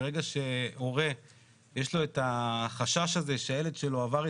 ברגע שהורה יש לו את החשש הזה שהילד שלו עבר התעללות,